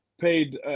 paid